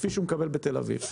כפי שמקבלים בתל-אביב.